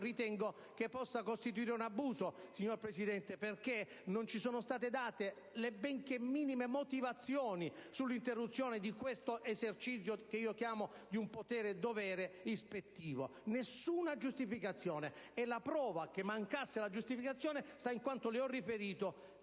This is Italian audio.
ritengo che possa costituire un abuso, signor Presidente, perché non ci sono state date le benché minime motivazioni sull'interruzione di questo che io chiamo l'esercizio di un potere-dovere ispettivo. La prova che mancasse la giustificazione sta in quanto le ho riferito